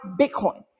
bitcoin